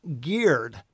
geared